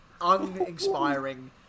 uninspiring